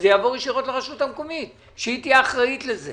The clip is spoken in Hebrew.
שיעברו ישירות לרשות המקומית שהיא תהיה אחראית לזה?